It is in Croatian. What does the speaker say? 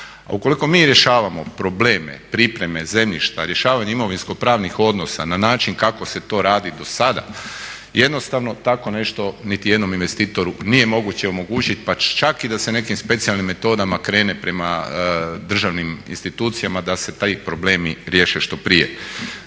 ukoliko mi rješavamo probleme, pripreme zemljišta, rješavanje imovinsko pravnih odnosa na način kako se to radi do sada jednostavno tako nešto niti jednom investitoru nije moguće omogućiti pa čak i da se nekim specijalnim metodama krene prema državnim institucijama da se ti problemi riješe što prije.